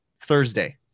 Thursday